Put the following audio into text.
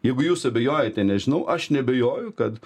jeigu jūs abejojate nežinau aš neabejoju kad